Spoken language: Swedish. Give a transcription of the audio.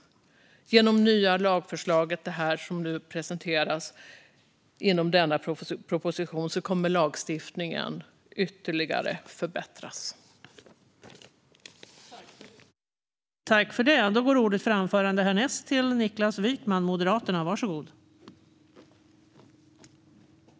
Genom de nya lagförslag som nu presenteras i och med denna proposition kommer lagstiftningen att förbättras ytterligare.